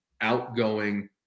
outgoing